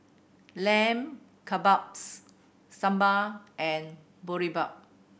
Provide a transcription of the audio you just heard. Lamb Kebabs Sambar and Boribap